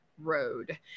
road